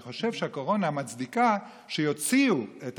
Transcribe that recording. אני חושב שהקורונה מצדיקה שיוציאו את